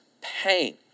pain